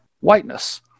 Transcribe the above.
whiteness